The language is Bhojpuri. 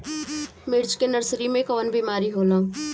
मिर्च के नर्सरी मे कवन बीमारी होला?